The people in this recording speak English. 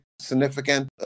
significant